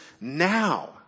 now